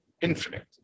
infinite